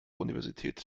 universität